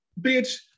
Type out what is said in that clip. bitch